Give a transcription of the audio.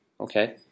okay